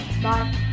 Bye